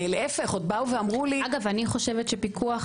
להפך עוד באו ואמרו לי -- אגב אני חושבת שפיקוח